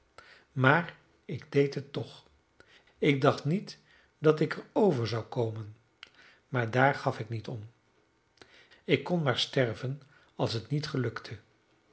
maar ik deed het toch ik dacht niet dat ik er over zou komen maar daar gaf ik niet om ik kon maar sterven als het niet gelukte